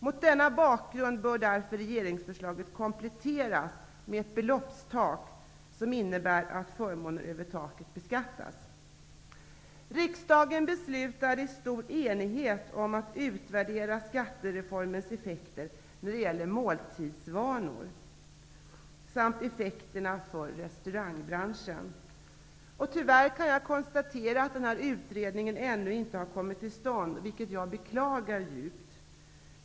Mot denna bakgrund bör därför regeringsförslaget kompletteras med ett beloppstak som innebär att förmåner över taket beskattas. Riksdagen beslutade i stor enighet om att utvärdera skattereformens effekter när det gäller måltidsvanor samt effekten därav för restaurangbranschen. Jag kan tyvärr konstatera att denna utredning ännu inte har kommit till stånd, vilket jag djupt beklagar.